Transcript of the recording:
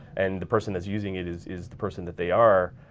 and the person that's using it is is the person that they are.